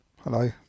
Hello